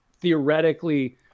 theoretically